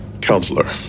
Counselor